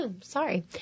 Sorry